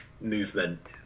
movement